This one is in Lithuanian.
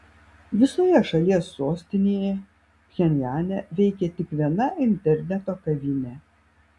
visoje šalies sostinėje pchenjane veikia tik viena interneto kavinė